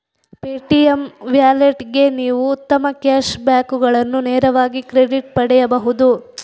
Paytm ವ್ಯಾಲೆಟ್ಗೆ ನೀವು ಉತ್ತಮ ಕ್ಯಾಶ್ ಬ್ಯಾಕುಗಳನ್ನು ನೇರವಾಗಿ ಕ್ರೆಡಿಟ್ ಪಡೆಯಬಹುದು